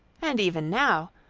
and even now,